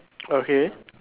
okay